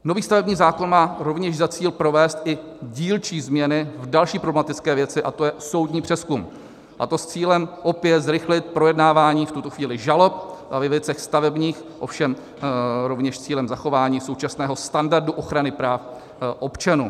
Nový stavební zákon má rovněž za cíl provést i dílčí změny v další problematické věci, a to je soudní přezkum, a to s cílem opět zrychlit projednávání v tuto chvíli žalob ve věcech stavebních, ovšem rovněž s cílem zachování současného standardu ochrany práv občanů.